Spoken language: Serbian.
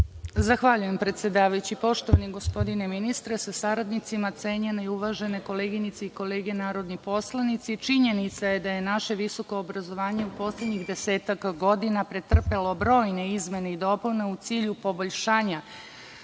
Zahvaljujem predsedavajući. Poštovani gospodine ministre sa saradnicima, cenjene i uvažene koleginice i kolege narodni poslanici, činjenica je da je naše visoko obrazovanje u poslednjih desetak godina pretrpelo brojne izmene i dopune u cilju poboljšanja